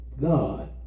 God